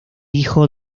hijo